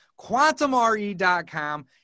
quantumre.com